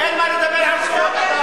אתה אומר, אין מה לדבר על זכויות אדם.